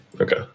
Okay